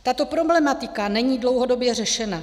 Tato problematika není dlouhodobě řešena.